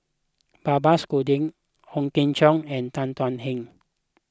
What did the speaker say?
Babes Conde Ooi Kok Chuen and Tan Thuan Heng